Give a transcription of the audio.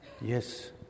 Yes